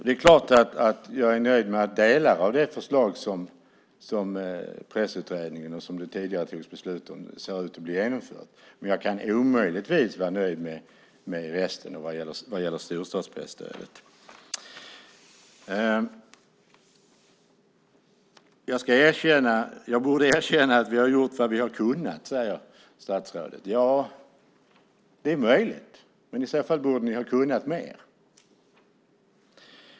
Det är klart att jag är nöjd med att delar av det förslag som Pressutredningen kom med och som det tidigare togs beslut om ser ut att bli genomfört, men jag kan omöjligtvis vara nöjd med resten vad gäller storstadspresstödet. Statsrådet säger att jag borde erkänna att regeringen gjort vad man har kunnat. Ja, det är möjligt. Men i så fall borde ni ha kunnat mer.